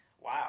wow